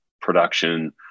production